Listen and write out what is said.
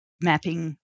mapping